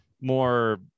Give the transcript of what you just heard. more